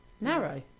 narrow